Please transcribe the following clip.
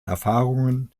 erfahrungen